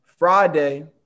Friday